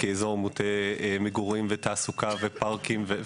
כאזור מוטה מגורים ותעסוקה ופארקים,